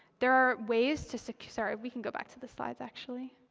there are ways to say sorry, we can go back to the slides actually.